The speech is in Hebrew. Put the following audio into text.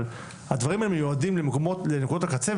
אבל הדברים מיועדים לנקודות הקצה,